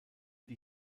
die